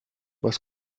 was